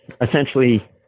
essentially